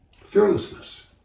Fearlessness